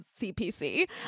CPC